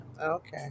Okay